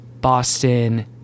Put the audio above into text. Boston